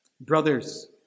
Brothers